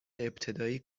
ابتدایی